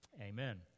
amen